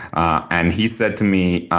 ah and he said to me,